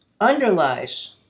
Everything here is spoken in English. underlies